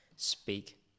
Speak